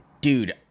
dude